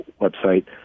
website